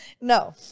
no